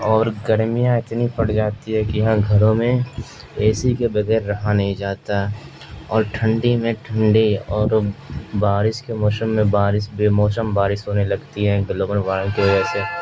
اور گرمیاں اتنی پڑ جاتی ہے کہ یہاں گھروں میں اے سی کے بغیر رہا نہیں جاتا اور ٹھنڈی میں ٹھنڈی اور بارش کے موسم میں بارش بھی موسم بارش ہونے لگتی ہے گلوبل وارمنگ کی وجہ سے